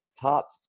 top